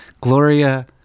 Gloria